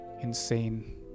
insane